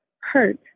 hurt